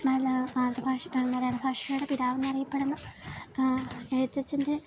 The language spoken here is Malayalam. മലയാള ഭാഷയുടെ പിതാവെന്ന് അറിയപ്പെടുന്ന എഴുത്തച്ഛൻ്റെ